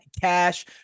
cash